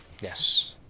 Yes